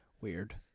Weird